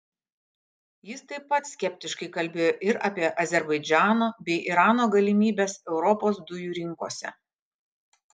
jis taip pat skeptiškai kalbėjo ir apie azerbaidžano bei irano galimybes europos dujų rinkose